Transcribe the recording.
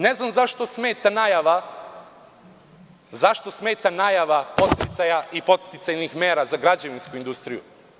Ne znam zašto smeta najava podsticaja i podsticajnih mera za građevinsku industriju?